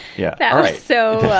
yeah all right so. well